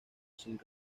sin